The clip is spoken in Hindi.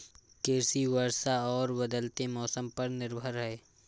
कृषि वर्षा और बदलते मौसम पर निर्भर है